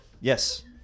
Yes